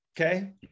Okay